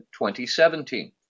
2017